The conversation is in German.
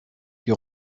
die